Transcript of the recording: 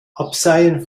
abseien